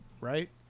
right